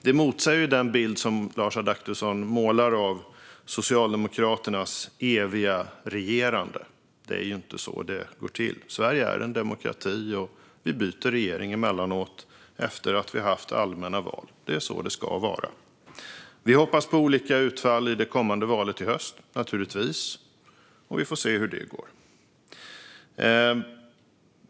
Det motsäger den bild som Lars Adaktusson målar av Socialdemokraternas eviga regerande. Det är inte så det går till. Sverige är en demokrati, och vi byter regering emellanåt efter allmänna val. Det är så det ska vara. Vi hoppas naturligtvis på olika utfall i det kommande valet i höst, och vi får se hur det går.